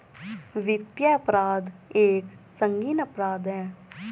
वित्तीय अपराध एक संगीन अपराध है